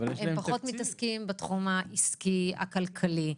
הם פחות מתעסקים בתחום העסקי הכלכלי.